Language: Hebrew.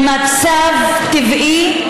במצב טבעי,